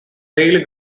daily